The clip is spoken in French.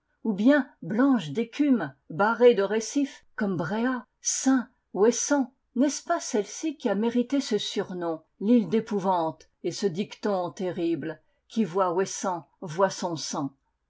ou bien blanches d'écume barrées de récifs comme bréhat sein ouc sant n'est-ce pas celle-ci qui a mérité ce surnom l'île d'épouvante et ce dicton terrible qui voit ouessant voit son sang